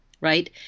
right